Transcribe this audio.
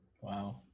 Wow